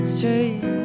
Straight